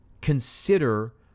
consider